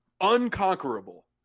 unconquerable